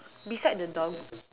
beside the doggo